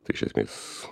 tai iš esmės